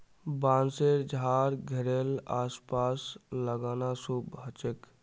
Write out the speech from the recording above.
बांसशेर झाड़ घरेड आस पास लगाना शुभ ह छे